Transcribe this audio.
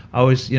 i was.